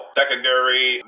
secondary